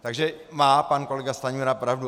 Takže má pan kolega Stanjura pravdu.